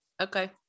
okay